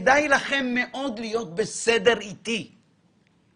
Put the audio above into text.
כדאי לכם מאוד להיות בסדר איתי כי